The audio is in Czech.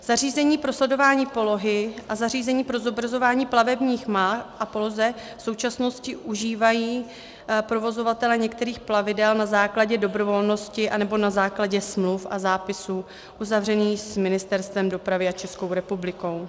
Zařízení pro sledování polohy a zařízení pro zobrazování plavebních map a poloh v současnosti užívají provozovatelé některých plavidel na základě dobrovolnosti anebo na základě smluv a zápisů uzavřených s Ministerstvem dopravy a Českou republikou.